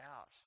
out